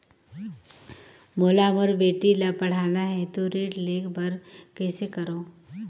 मोला मोर बेटी ला पढ़ाना है तो ऋण ले बर कइसे करो